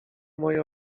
moje